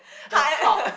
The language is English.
the top